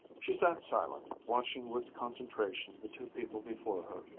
she sat silent, watching with concentration the two people before her,